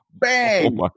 Bang